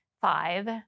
five